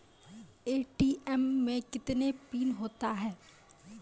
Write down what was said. ATM मे कितने PIN होता हैं?